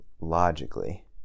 logically